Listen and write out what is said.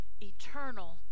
eternal